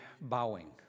bowing